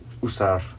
usar